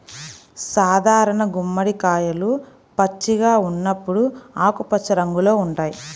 సాధారణ గుమ్మడికాయలు పచ్చిగా ఉన్నప్పుడు ఆకుపచ్చ రంగులో ఉంటాయి